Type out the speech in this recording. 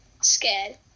Scared